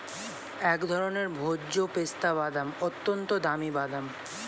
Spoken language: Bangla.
এক ধরনের ভোজ্য পেস্তা বাদাম, অত্যন্ত দামি বাদাম